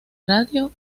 radio